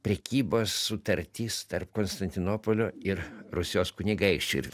prekybos sutartis tarp konstantinopolio ir rusijos kunigaikščių